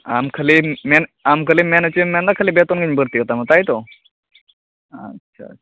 ᱟᱢ ᱠᱷᱟᱹᱞᱤᱢ ᱢᱮᱱ ᱟᱢ ᱠᱷᱟᱹᱞᱤᱢ ᱚᱪᱚᱭᱮᱢ ᱢᱮᱱᱮᱫᱟ ᱠᱷᱟᱹᱞᱤ ᱵᱮᱛᱚᱱᱜᱮᱧ ᱵᱟᱹᱲᱛᱤ ᱠᱟᱛᱟᱢᱟ ᱛᱟᱭ ᱛᱚ ᱟᱪᱷᱟ